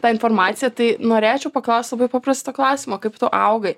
ta informacija tai norėčiau paklaust labai paprasto klausimo kaip tu augai